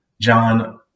John